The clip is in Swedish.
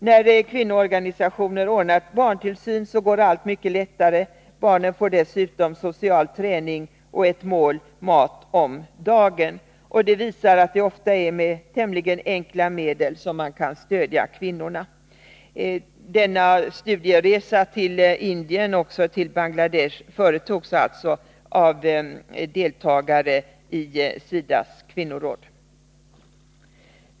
När kvinnoorganisationer har ordnat barntillsyn går allt mycket lättare. Barnen får dessutom social träning och ett mål mat om dagen. Det visar att det ofta är med tämligen enkla medel som man kan stödja kvinnorna. Denna studieresa till Indien och Bangladesh företogs alltså av deltagare i SIDA:s kvinnoråd.